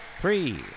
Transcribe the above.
Three